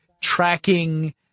tracking